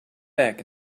back